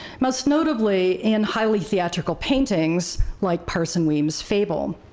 most notably in highly theatrical paintings like parson weems' fable.